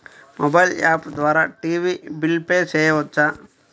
Mobile app ద్వారా TV bill pay చేయవచ్చా?